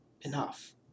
enough